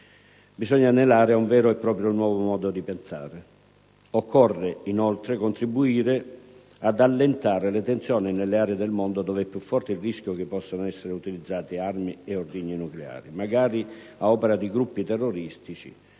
Bisogna anelare a un vero e proprio nuovo modo di pensare. Occorre, inoltre, contribuire ad allentare le tensioni nelle aree del mondo dove è più forte il rischio che possano essere utilizzate armi o ordigni nucleari, magari a opera di gruppi terroristici